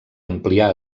amplià